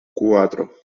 cuatro